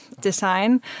design